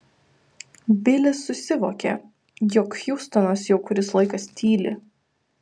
bilis susivokė jog hjustonas jau kuris laikas tyli